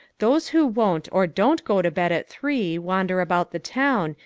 those who won't or don't go to bed at three wander about the town,